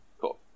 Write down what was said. Cool